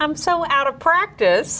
i'm so out of practice